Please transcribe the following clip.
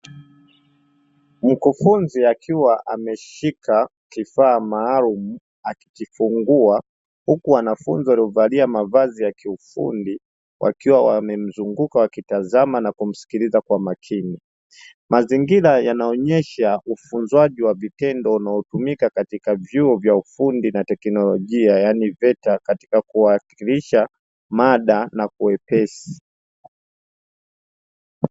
Mkufunzi akiwa ameshika kifaa maalumu akikifungua, huku wanafunzi waliovalia mavazi ya kiufundi wakiwa wamemzunguka na wakitazama na kumsikiliza kwa makini. Mazingira yanaonyesha ufunzaji wa vitendo unaotumika katika vyuo vya ufundi na teknolojia, yaani Veta, katika kuwakilisha mada na kwa wepesi.